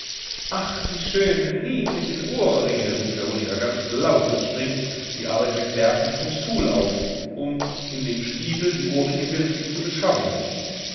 ach die schönen niedlichen ohrringe ruft veronika ganz laut und springt die arbeit wegwerfend vom stuhl auf um in dem spiegel die ohrringe wirklich zu beschauen